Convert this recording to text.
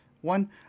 one